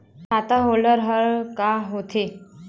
खाता होल्ड हर का होथे?